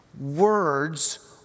Words